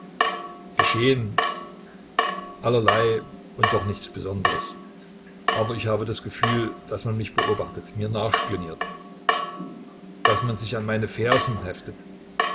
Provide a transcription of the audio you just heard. geschehen allerlei und doch nichts besonderes aber ich habe das gefühl daß man mich beobachtet mir nachspioniert daß man sich an mein fersen heftet